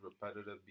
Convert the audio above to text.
repetitive